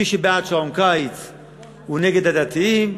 מי שבעד שעון קיץ הוא נגד הדתיים,